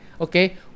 okay